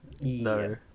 No